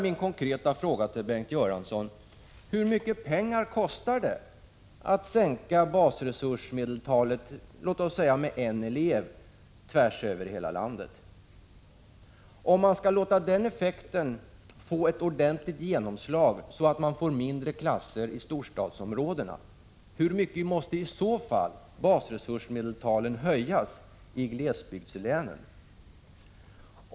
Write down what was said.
Mina konkreta frågor till Bengt Göransson är: Hur mycket pengar kostar det att sänka basresursmedeltalet med låt oss säga en elev över hela landet? Om man skall låta den effekten få ett ordentligt genomslag, så att det blir mindre klasser i storstadsområdena, hur mycket måste i så fall basresursmedeltalen höjas i glesbygdslänen?